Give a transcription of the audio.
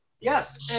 yes